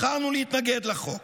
בחרנו להתנגד לחוק.